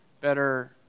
better